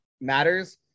matters